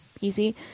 easy